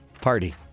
party